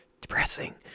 depressing